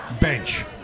Bench